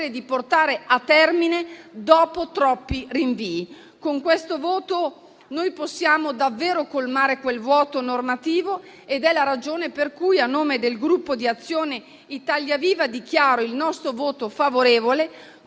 di portare a termine, dopo troppi rinvii. Con questo voto possiamo davvero colmare quel vuoto normativo. È questa la ragione per cui a nome del Gruppo Azione-Italia Viva-Renew Europe dichiaro il voto favorevole,